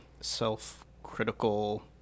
self-critical